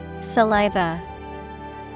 Saliva